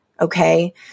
Okay